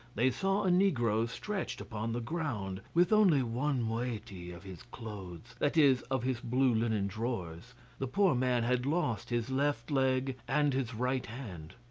they saw a negro stretched upon the ground, with only one moiety of his clothes, that is, of his blue linen drawers the poor man had lost his left leg and his right hand.